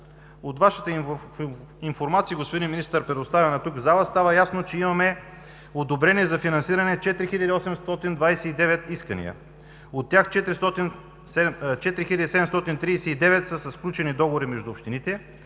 От Вашата информация, господин Министър, предоставена тук в залата, става ясно, че имаме одобрени за финансиране 4829 искания. От тях 4739 са със сключени договори между общините